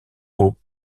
haut